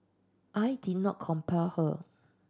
I did not compel her